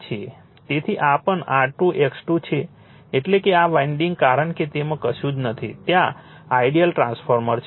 તેથી આ પણ R2 X2 છે એટલે કે આ વાન્ડિંગ કારણ કે તેમાં કશું જ નથી ત્યાં આઇડીઅલ ટ્રાન્સફોર્મર છે